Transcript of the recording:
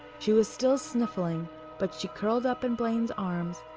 she was still sniffling but she curled up in blaine's arms,